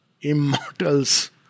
immortal's